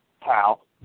pal